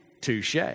touche